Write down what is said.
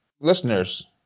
listeners